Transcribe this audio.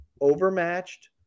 overmatched